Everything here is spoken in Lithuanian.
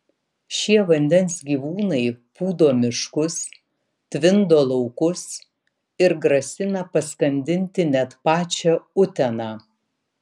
šie vandens gyvūnai pūdo miškus tvindo laukus ir grasina paskandinti net pačią uteną